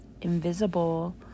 invisible